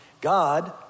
God